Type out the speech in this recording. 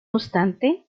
obstante